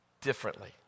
differently